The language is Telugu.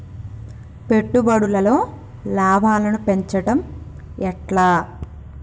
పెట్టుబడులలో లాభాలను పెంచడం ఎట్లా?